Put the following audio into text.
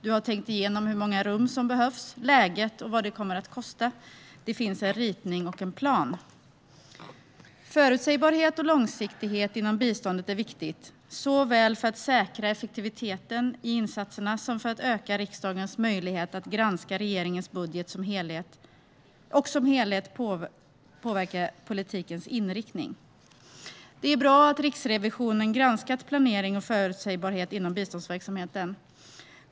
Man har tänkt igenom hur många rum som behövs, läget och vad det kommer att kosta. Det finns en ritning och en plan. Förutsägbarhet och långsiktighet inom biståndet är viktigt, såväl för att säkra effektiviteten i insatserna som för att öka riksdagens möjlighet att granska regeringens budget som helhet och påverka politikens inriktning. Det är bra att Riksrevisionen har granskat planering och förutsägbarhet inom biståndsverksamheten.